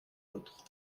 autres